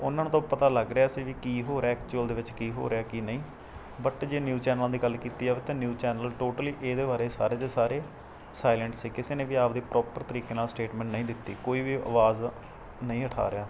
ਉਨ੍ਹਾਂ ਨੂੰ ਤਾਂ ਪਤਾ ਲੱਗ ਰਿਹਾ ਸੀ ਵੀ ਕੀ ਹੋ ਰਿਹਾ ਐਕਚੂਅਲ ਦੇ ਵਿੱਚ ਕੀ ਹੋ ਰਿਹਾ ਕੀ ਨਹੀਂ ਬੱਟ ਜੇ ਨਿਊਜ਼ ਚੈਨਲਾਂ ਦੀ ਗੱਲ ਕੀਤੀ ਜਾਵੇ ਤਾਂ ਨਿਊਜ਼ ਚੈਨਲ ਟੋਟਲੀ ਇਹਦੇ ਬਾਰੇ ਸਾਰੇ ਦੇ ਸਾਰੇ ਸਾਈਲੈਂਟ ਸੀ ਕਿਸੇ ਨੇ ਵੀ ਆਪਦੀ ਪ੍ਰੋਪਰ ਤਰੀਕੇ ਨਾਲ ਸਟੇਟਮੈਂਟ ਨਹੀਂ ਦਿੱਤੀ ਕੋਈ ਵੀ ਅਵਾਜ਼ ਨਹੀਂ ਉਠਾ ਰਿਹਾ